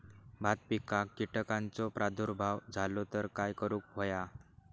भात पिकांक कीटकांचो प्रादुर्भाव झालो तर काय करूक होया?